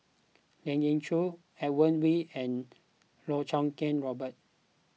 Lien Ying Chow Edmund Wee and Loh Choo Kiat Robert